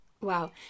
Wow